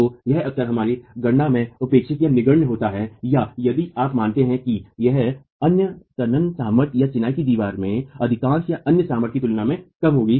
तो यह अक्सर हमारी गणना में उपेक्षितनिग्न्य होता है या यदि आप मानते हैं कि यह अन्य तनन सामर्थ्य या चिनाई की दीवार में अधिकांश अन्य सामर्थ्य की तुलना में कम होगी